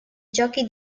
giochi